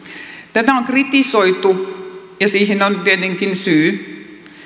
tätä on kritisoitu ja siihen on tietenkin syy